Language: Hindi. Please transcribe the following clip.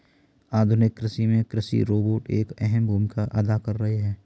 आधुनिक कृषि में कृषि रोबोट एक अहम भूमिका अदा कर रहे हैं